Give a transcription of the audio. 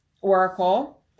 oracle